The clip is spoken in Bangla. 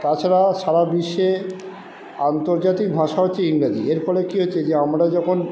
তাছাড়া সারা বিশ্বে আন্তর্জাতিক ভাষা হচ্ছে ইংরাজি এর ফলে কি হচ্ছে যে আমরা যখন